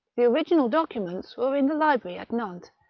the original documents were in the library at nantes,